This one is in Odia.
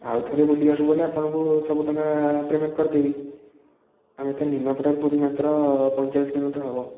ଆଉ ଥରେ ବୁଲିବାକୁ ଗଲେ ଆପଣଙ୍କୁ ସବୁ ଟଙ୍କା ପେମେଣ୍ଟ୍ କରିଦେବି ଆମର ତ ନିମାପଡ଼ାରୁ ପୁରୀ ମାତ୍ର ପଇଁଚାଳିଶ କିଲୋମିଟର୍ ହେବ